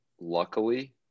Luckily